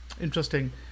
Interesting